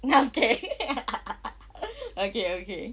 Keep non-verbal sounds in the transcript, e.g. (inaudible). okay (laughs) okay okay